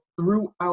throughout